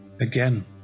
Again